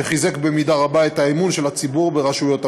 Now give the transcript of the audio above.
וחיזק במידה רבה את האמון של הציבור ברשויות המדינה.